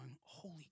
holy